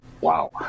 wow